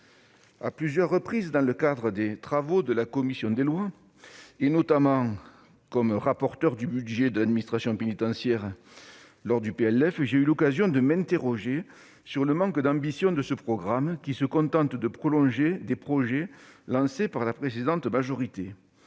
À plusieurs reprises, dans le cadre des travaux de la commission des lois, notamment en tant que rapporteur pour avis du budget de l'administration pénitentiaire, j'ai eu l'occasion de m'interroger sur le manque d'ambition de ce programme, qui se contente de prolonger des projets lancés par la précédente majorité.